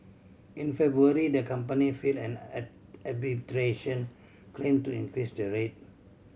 in February the company filed an arbitration claim to increase the rate